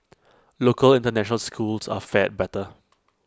local International schools are fared better